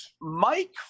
Mike